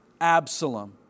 Absalom